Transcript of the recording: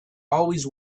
always